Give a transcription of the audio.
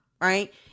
right